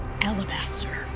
alabaster